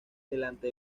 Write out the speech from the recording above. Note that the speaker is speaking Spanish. delante